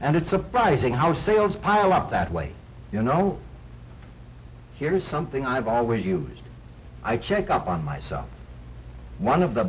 and it's surprising how sales pile up that way you know here's something i buy with you i check up on myself one of the